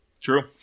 True